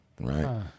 Right